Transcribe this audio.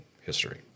history